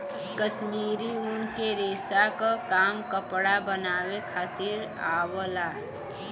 कश्मीरी ऊन के रेसा क काम कपड़ा बनावे खातिर आवला